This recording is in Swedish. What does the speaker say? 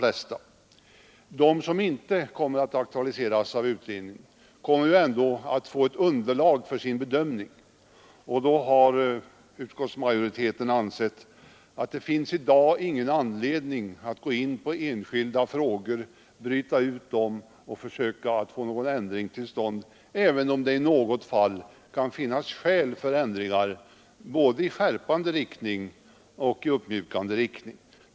De frågor som inte aktualiseras av utredningen kommer ju ändå att få ett underlag för bedömningen. Därför har utskottsmajoriteten menat att det i dag inte finns någon anledning att bryta ut enskilda frågor och försöka få en ändring till stånd, även om det i något fall kan vara motiverat med ändringar, både i skärpande och i uppmjukande riktning.